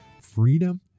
Freedom